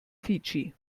fidschi